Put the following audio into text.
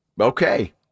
Okay